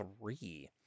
three